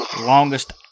longest